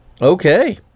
Okay